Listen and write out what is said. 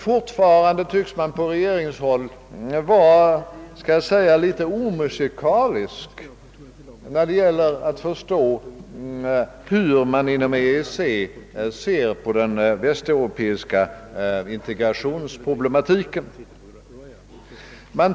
Fortfarande tycks man på regeringshåll vara så att säga litet omusikalisk då det gäller att förstå hur man inom EEC ser på den västeuropeiska integrationsproblematiken.